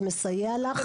זה מסייע לך?